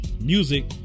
music